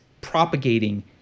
propagating